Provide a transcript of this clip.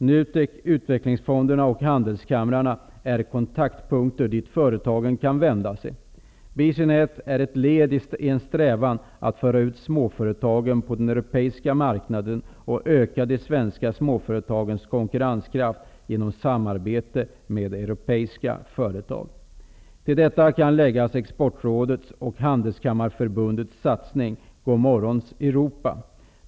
NUTEK, utvecklingsfonderna och handelskamrarna är kontaktpunkter dit företagen kan vända sig. BC NET är ett led i strävan att föra ut småföretagen på den europeiska marknaden och att öka de svenska småföretagens konkurrenskraft genom samarbete med europeiska företag. Till detta kan läggas Exportrådets och Europa.